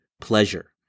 pleasure